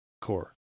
core